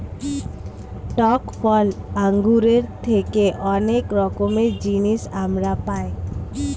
টক ফল আঙ্গুরের থেকে অনেক রকমের জিনিস আমরা পাই